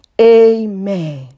Amen